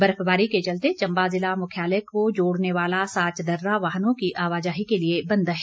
बर्फबारी के चलते चम्बा जिला मुख्यालय को जोड़ने वाला साच दर्रा वाहनों की आवाजाही के लिए बंद है